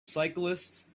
cyclists